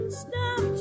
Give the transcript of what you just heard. stop